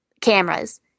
cameras